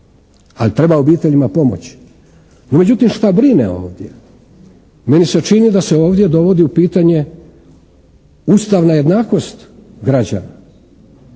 Ali treba obiteljima pomoći. No međutim šta brine ovdje? Meni se čini da se ovdje dovodi u pitanje ustavna jednakost građana